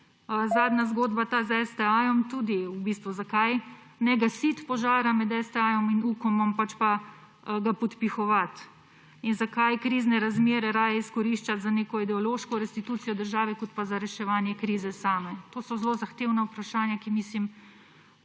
Zadnja zgodba je ta s STA. Zakaj ne gasiti požara med STA in Ukomom, pač pa ga podpihovati? Zakaj krizne razmere raje izkoriščati za neko ideološko restitucijo države kot pa za reševanje krize same? To so zelo zahtevna vprašanja in mislim,